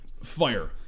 Fire